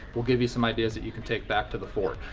we'll give you some ideas that you can take back to the fort.